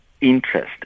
interest